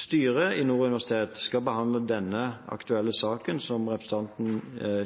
Styret ved Nord universitet skal behandle den aktuelle saken som representanten